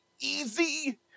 easy